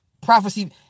prophecy